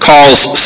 calls